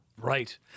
Right